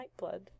Nightblood